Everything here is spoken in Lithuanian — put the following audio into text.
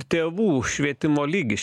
tėvų švietimo lygis